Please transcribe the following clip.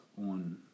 on